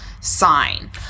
sign